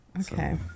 Okay